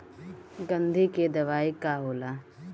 गंधी के दवाई का होला?